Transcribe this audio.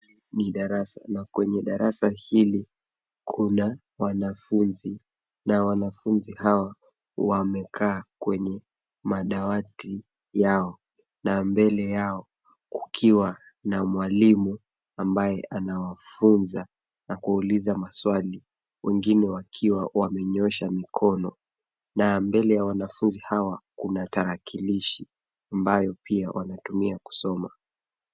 Ni darasa na kwenye darasa hili, kuna wanafunzi, na wanafunzi hawa wamekaa kwenye madawati yao, na mbele yao kukiwa na mwalimu ambaye anawafunza na kuwauliza maswali, wengine wakiwa wamenyosha mkono. Na mbele ya wanafunzi hawa, kuna tarakilishi ambayo pia wanatumia kusoma.